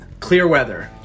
Clearweather